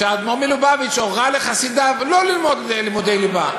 שהאדמו"ר מלובביץ הורה לחסידיו שלא ללמוד לימודי ליבה?